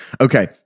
Okay